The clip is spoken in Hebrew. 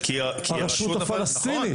הרשות הפלסטינית.